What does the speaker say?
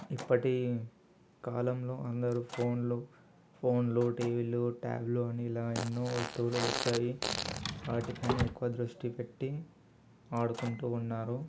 ఇప్పటికాలంలో అందరు ఫోన్లు ఫోన్లు టీవీలు ట్యాబ్లు అని ఇలా ఎన్నో వస్తువులు వచ్చాయి వాటిపైన ఎక్కువ దృష్టిపెట్టి ఆడుకుంటు ఉన్నారు